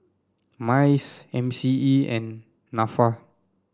MICE M C E and NAFA